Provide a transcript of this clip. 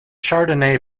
chardonnay